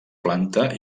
planta